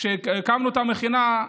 כשהקמנו את המכינה,